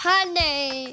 Honey